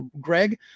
Greg